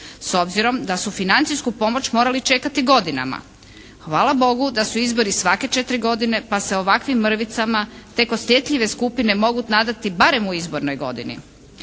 s obzirom da su financijsku pomoć morali čekati godinama. Hvala Bogu da su izbori svake četiri godine pa se ovakvim mrvicama tek osjetljive skupine mogu nadati barem u izbornoj godini.